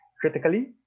critically